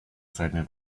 seine